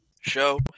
show